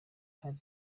hari